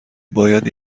باید